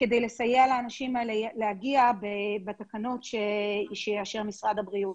כדי לסייע לאנשים האלה להגיע בתקנות שיאשר משרד הבריאות.